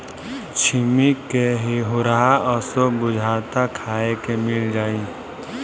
छिम्मी के होरहा असो बुझाता खाए के मिल जाई